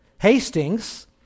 Hastings